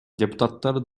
депутаттар